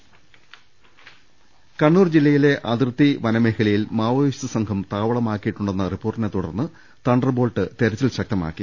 രുട്ട്ട്ട്ട്ട്ട്ട്ട്ട കണ്ണൂർ ജില്ലയിലെ അതിർത്തി വനമേഖലയിൽ മാവോയിസ്റ്റ് സംഘം താവളമാക്കിയിട്ടുണ്ടെന്ന റിപ്പോർട്ടിനെ തുടർന്ന് തണ്ടർബോൾട്ട് തെരച്ചിൽ ശക്തമാക്കി